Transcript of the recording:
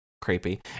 Creepy